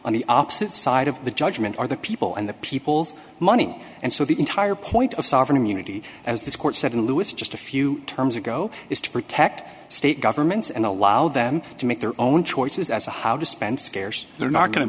on the opposite side of the judgment are the people and the people's money and so the entire point of sovereign immunity as this court said in lewis just a few terms ago is to protect state governments and allow them to make their own choices as to how to spend scarce they're not go